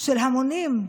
של המונים.